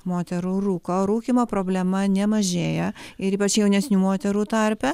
moterų rūko rūkymo problema nemažėja ir ypač jaunesnių moterų tarpe